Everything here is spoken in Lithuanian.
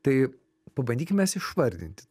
tai pabandykim mes išvardinti